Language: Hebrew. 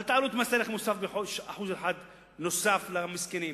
אל תעלו את מס ערך מוסף ב-1% נוסף למסכנים,